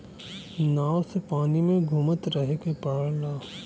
नाव से पानी में घुमत रहे के पड़ला